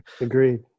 agreed